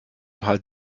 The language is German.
halb